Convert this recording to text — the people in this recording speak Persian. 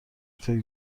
فکر